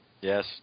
Yes